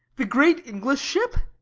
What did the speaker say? the great english ship?